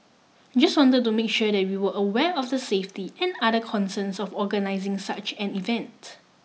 just want to make sure that we were aware of the safety and other concerns of organising such an event